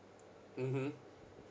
mmhmm